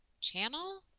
channel